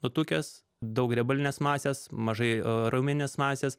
nutukęs daug riebalinės masės mažai raumeninės masės